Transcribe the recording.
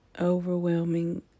overwhelming